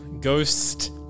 ghost